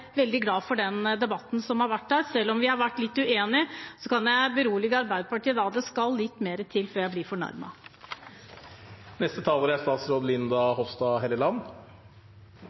veldig glad for den debatten som har vært. Selv om vi har vært litt uenige, kan jeg berolige Arbeiderpartiet med at det skal litt mer til før jeg blir fornærmet. Jeg har lyst til å understreke at regjeringen er